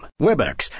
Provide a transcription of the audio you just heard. Webex